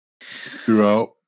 throughout